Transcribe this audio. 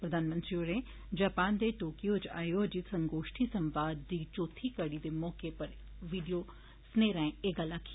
प्रधानमंत्री मोदी होरें जापान दे टोकयो च आयोजत सगेष्ठी संवाद दी चौथी कड़ी दे मौके उप्पर वीडियो सनेह राए एह् गल्ल आक्खी